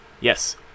yes